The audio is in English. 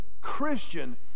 Christian